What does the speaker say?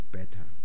better